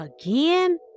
again